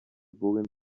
puguen